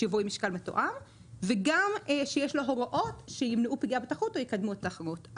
שווי משקל מתואם וגם שיש לו הוראות שימנעו פגיעה בתחרות או יקדמו תחרות.